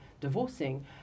divorcing